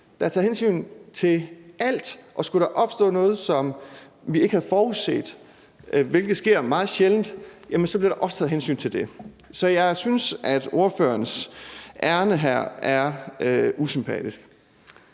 Der er taget hensyn til alt, og skulle der opstå noget, som vi ikke havde forudset, hvilket sker meget sjældent, bliver der også taget hensyn til det. Så jeg synes, at spørgerens ærinde her er usympatisk.